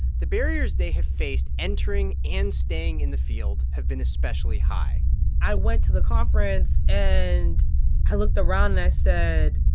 the barriers they have faced entering and staying in the field have been especially high i went to the conference, and i looked around. and said,